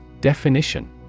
Definition